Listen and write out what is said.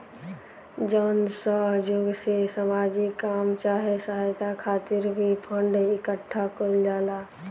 जन सह योग से सामाजिक काम चाहे सहायता खातिर भी फंड इकट्ठा कईल जाला